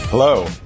Hello